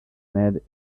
made